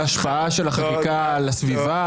זו בעיה שלך כמובן.